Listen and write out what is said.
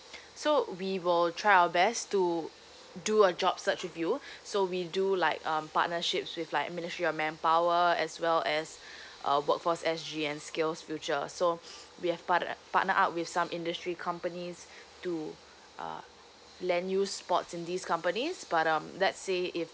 so we will try our best to do a job search with you so we do like um partnerships with like ministry of manpower as well as uh workforce S G and skills future so we have part~ partnered up with some industry companies to uh lend you spots in these companies but um let's say if